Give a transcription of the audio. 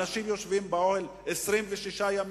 אנשים יושבים באוהל 26 ימים.